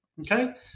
okay